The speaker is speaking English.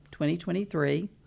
2023